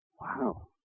Wow